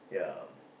ya